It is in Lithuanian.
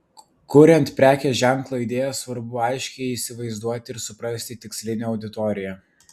kuriant prekės ženklo idėją svarbu aiškiai įsivaizduoti ir suprasti tikslinę auditoriją